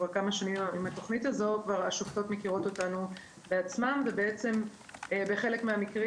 השופטות מכירות אותנו בעצמן ובחלק מהמקרים